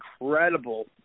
incredible